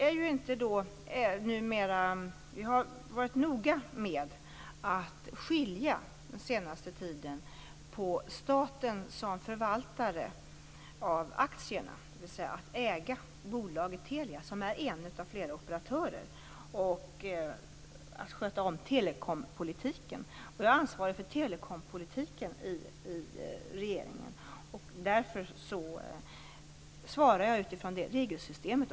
Jag har under den senaste tiden varit noga med att skilja mellan staten som förvaltare av aktierna - dvs. som ägare av bolaget Telia, som är en av flera operatörer - och skötseln av telekompolitiken. Jag är ansvarig för telekompolitiken i regeringen och därför svarar jag utifrån det regelsystemet.